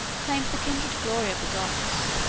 claimed the kindred glory of the goths.